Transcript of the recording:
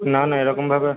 না না এরকমভাবে